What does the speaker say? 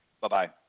Bye-bye